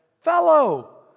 fellow